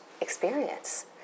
experience